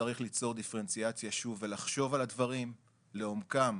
שצריך ליצור דיפרנציאציה שוב ולחשוב על הדברים לעומקם,